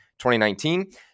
2019